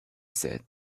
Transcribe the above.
said